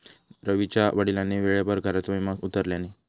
रवीच्या वडिलांनी वेळेवर घराचा विमो उतरवल्यानी